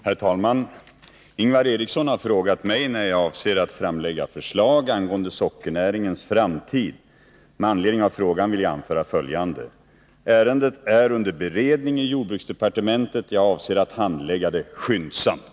Herr talman! Ingvar Eriksson har frågat mig när jag avser att framlägga förslag angående sockernäringens framtid. Med anledning av frågan vill jag anföra följande: Ärendet är under beredning i jordbruksdepartementet. Jag avser att handlägga det skyndsamt.